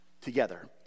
together